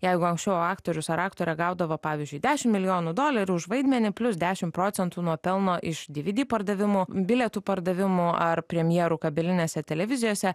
jeigu anksčiau aktorius ar aktorė gaudavo pavyzdžiui dešim milijonų dolerių už vaidmenį plius dešim procentų nuo pelno iš dvd pardavimų bilietų pardavimų ar premjerų kabelinėse televizijose